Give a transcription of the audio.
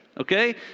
okay